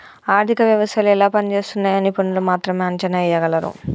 ఆర్థిక వ్యవస్థలు ఎలా పనిజేస్తున్నయ్యో నిపుణులు మాత్రమే అంచనా ఎయ్యగలరు